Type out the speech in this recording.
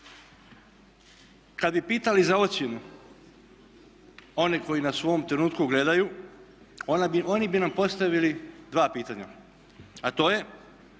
Kad bi pitali za ocjenu one koje nas u ovom trenutku gledaju oni bi nam postavili dva pitanja, a to je